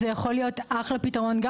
זה יכול להיות אחלה פתרון.